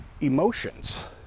emotions